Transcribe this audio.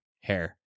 hair